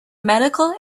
medical